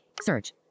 Search